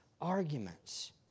arguments